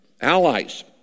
allies